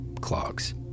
clogs